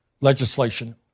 legislation